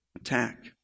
attack